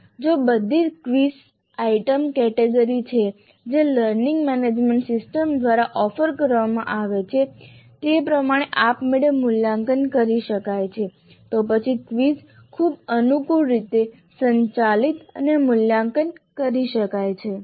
જો બધી quiz items કેટેગરીની છે જે લર્નિંગ મેનેજમેન્ટ સિસ્ટમ્સ દ્વારા ઓફર કરવામાં આવે છે તે પ્રમાણે આપમેળે મૂલ્યાંકન કરી શકાય છે તો પછી ક્વિઝ ખૂબ અનુકૂળ રીતે સંચાલિત અને મૂલ્યાંકન કરી શકાય છે